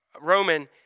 Roman